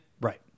right